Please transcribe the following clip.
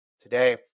today